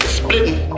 splitting